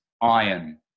iron